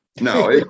No